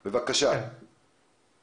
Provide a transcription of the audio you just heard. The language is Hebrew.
אז בבקשה לא לחזור על דברים.